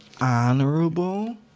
Honorable